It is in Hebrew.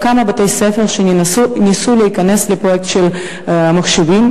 כמה בתי-ספר שניסו להיכנס לפרויקט של המחשבים.